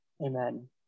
amen